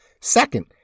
Second